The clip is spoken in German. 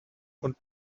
und